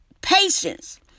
patience